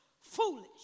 foolish